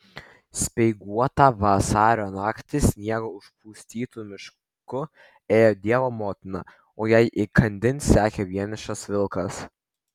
speiguotą vasario naktį sniego užpustytu mišku ėjo dievo motina o jai įkandin sekė vienišas vilkas